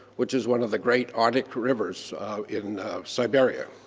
which is one of the great arctic rivers in siberia.